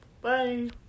Bye